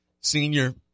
senior